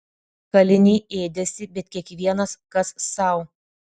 kaliniai ėdėsi bet kiekvienas kas sau